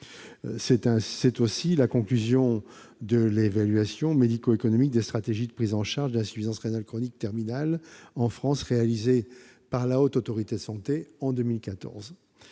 est aussi la conclusion de l'évaluation médico-économique des stratégies de prise en charge de l'insuffisance rénale chronique terminale en France réalisée par la Haute Autorité de santé en 2014.